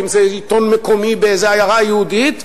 אם זה עיתון מקומי באיזו עיירה יהודית,